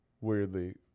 weirdly